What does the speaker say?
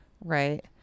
Right